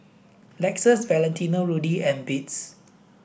Lexus Valentino Rudy and Beats